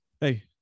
Hey